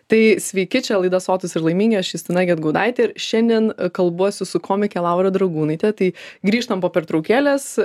tai sveiki čia laida sotūs ir laimingi aš justina gedgaudaitė ir šiandien kalbuosi su komike laura dragūnaite tai grįžtam po pertraukėlės